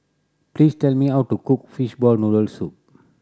please tell me how to cook fishball noodle soup